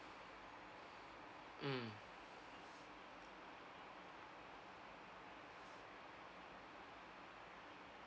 mm